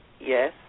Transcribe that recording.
Yes